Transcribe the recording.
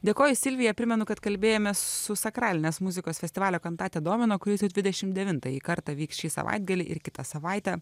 dėkoju silvija primenu kad kalbėjomės su sakralinės muzikos festivalio kantate domino kuris jau dvidešim devintąjį kartą vyks šį savaitgalį ir kitą savaitę